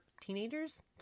teenagers